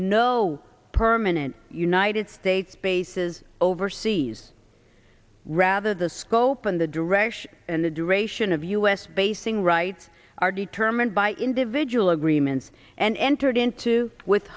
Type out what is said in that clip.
no permanent united states bases overseas rather the scope and the direction and the duration of u s basing rights are determined by individual agreements and entered into with